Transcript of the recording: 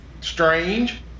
strange